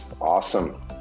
awesome